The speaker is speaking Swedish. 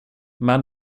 men